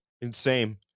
insane